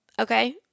Okay